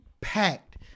packed